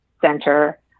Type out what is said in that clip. center